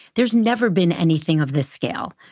there's never been anything of this scale.